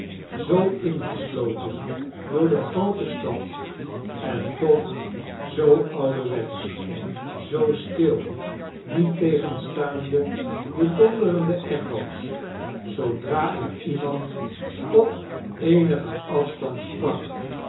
zoo ingesloteia door de groote stad ea toch zoo ouderwetsch zoo stdl aiettegenstaaade de doadereade echo's zoodra er iemand op eeaigen afstand spaak